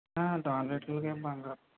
టాయిలెట్లకు ఏం బంగారం